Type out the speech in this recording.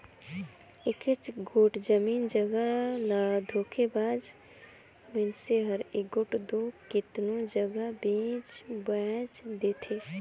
एकेच गोट जमीन जगहा ल धोखेबाज मइनसे हर एगोट दो केतनो जगहा बेंच बांएच देथे